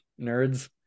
nerds